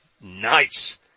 nice